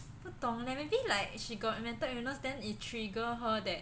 不懂 leh maybe like she got mental illness then it trigger her that